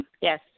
yes